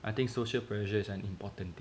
I think social pressures is an important thing